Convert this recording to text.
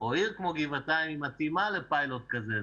או עיר כמו גבעתיים, היא מתאימה לפיילוט כזה.